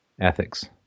ethics